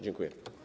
Dziękuję.